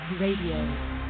Radio